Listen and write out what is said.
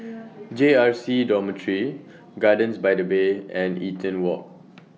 J R C Dormitory Gardens By The Bay and Eaton Walk